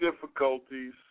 difficulties